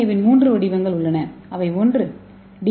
ஏவின் 3 வடிவங்கள் உள்ளன அவை ஒரு டி